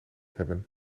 hebben